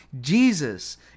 Jesus